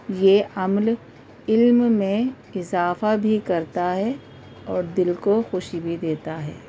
یہ عمل علم میں اضافہ بھی کرتا ہے اور دل کو خوشی بھی دیتا ہے